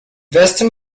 western